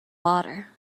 water